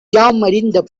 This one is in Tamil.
யாமறிந்த